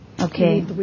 Okay